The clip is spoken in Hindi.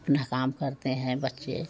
अपना काम करते हैं बच्चे